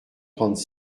trente